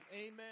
amen